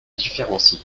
différencie